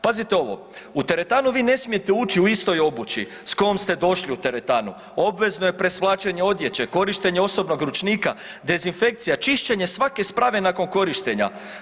Pazite ovo, u teretanu vi ne smijete ući u istoj obuči sa kojom ste došli u teretanu, obvezno je presvlačenje odjeće, korištenje osobnog ručnika, dezinfekcija, čišćenje svake sprave nakon korištenja.